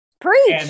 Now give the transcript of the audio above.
Preach